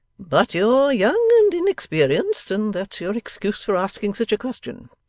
but you're young and inexperienced, and that's your excuse for asking sich a question.